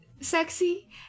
sexy